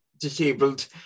disabled